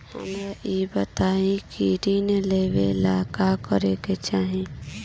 हमरा ई बताई की ऋण लेवे ला का का लागी?